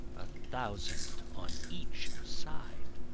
a thousand on each side.